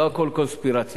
לא הכול קונספירציה.